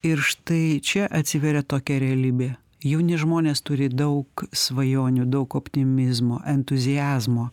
ir štai čia atsiveria tokia realybė jauni žmonės turi daug svajonių daug optimizmo entuziazmo